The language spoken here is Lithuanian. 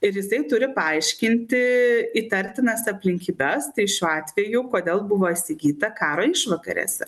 ir jisai turi paaiškinti įtartinas aplinkybes tai šiuo atveju kodėl buvo įsigyta karo išvakarėse